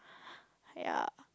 !aiya!